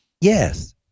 Yes